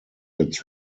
its